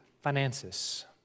finances